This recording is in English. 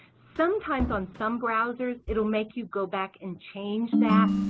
sometimes on some browsers, it will make you go back and change that.